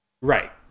Right